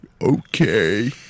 Okay